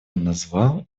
назвал